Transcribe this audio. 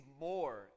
more